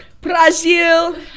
Brazil